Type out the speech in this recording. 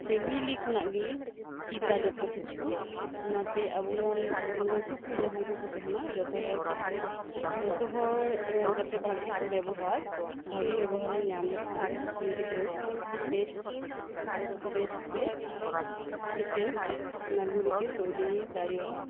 family ᱠᱷᱚᱱᱟᱜ ᱜᱮ ᱪᱮᱫᱟ ᱡᱚᱛᱚ ᱠᱤᱪᱷᱩ ᱚᱱᱟ ᱛᱮ ᱟᱵᱚ ᱨᱮᱱ ᱞᱟᱴᱩ ᱠᱚ ᱡᱟᱦᱟᱸᱭ ᱠᱚᱠᱚ ᱛᱟᱦᱮᱱᱟ ᱡᱷᱚᱛᱚ ᱦᱚᱲ ᱴᱷᱮᱱ ᱜᱮ ᱡᱷᱚᱛᱚ ᱦᱚᱲ ᱡᱟᱛᱮ ᱠᱚ ᱵᱮᱵᱚᱦᱟᱨ ᱵᱷᱟᱜᱮ ᱵᱮᱵᱚᱦᱟᱨᱮ ᱧᱟᱢ ᱞᱮᱠᱷᱟᱱ ᱩᱱᱤ ᱜᱤᱫᱽᱨᱟᱹ ᱵᱮᱥ ᱵᱮᱥ ᱛᱮ ᱢᱤᱫ ᱴᱮᱱ ᱱᱟᱜᱚᱨᱤᱠᱮ ᱛᱚᱭᱨᱤ ᱫᱟᱲᱮᱭᱟᱜᱼᱟ